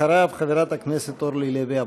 אחריו, חברת הכנסת אורלי לוי אבקסיס,